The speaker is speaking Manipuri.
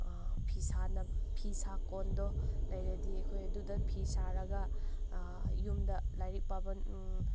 ꯐꯤꯁꯥꯅꯕ ꯐꯤꯁꯥꯀꯣꯟꯗꯣ ꯂꯩꯔꯗꯤ ꯑꯩꯈꯣꯏ ꯑꯗꯨꯗ ꯐꯤ ꯁꯥꯔꯒ ꯌꯨꯝꯗ ꯂꯥꯏꯔꯤꯛ ꯄꯥꯕ